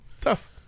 tough